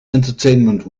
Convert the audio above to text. entertainment